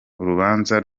urubanza